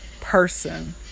person